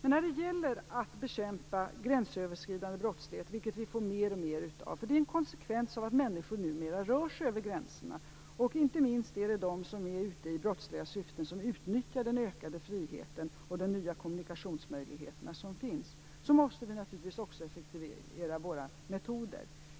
Vi får mer och mer av gränsöverskridande brottslighet. Det är en konsekvens av att människor numera rör sig över gränserna. Inte minst är det de som är ute i brottsliga syften som utnyttjar den ökade friheten och de nya kommunikationsmöjligheter som finns. När det gäller att bekämpa den brottsligheten måste vi naturligtvis också effektivisera våra metoder.